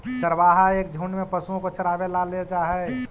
चरवाहा एक झुंड में पशुओं को चरावे ला ले जा हई